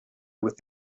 with